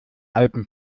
alpen